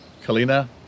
Kalina